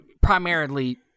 primarily